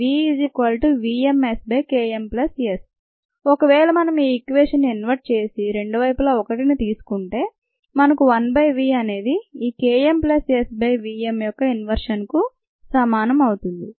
vvmSKmS ఒకవేళ మనం ఈ ఈక్వేషన్ ను ఇన్వర్ట్ చేసి రెండు వైపులా 1 ని తీసుకుంటే మనకు 1 బై v అనేది ఈ K m plus S by v m యొక్క ఇన్వర్షన్కు సమానం అవుతుంది